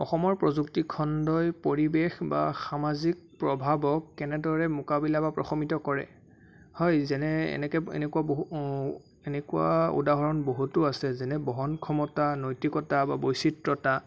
অসমৰ প্ৰযুক্তি খণ্ডই পৰিৱেশ বা সামাজিক প্ৰভাৱক কেনেদৰে মোকাবিলা বা প্ৰশমিত কৰে হয় যেনে এনেকৈ এনেকুৱা বহু এনেকুৱা উদাহৰণ বহুতো আছে যেনে বহন ক্ষমতা নৈতিকতা বা বৈচিত্ৰতা